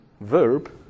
verb